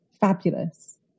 Fabulous